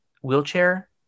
wheelchair